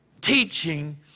teaching